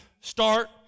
start